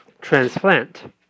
transplant